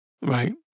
Right